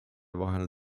vahel